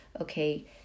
Okay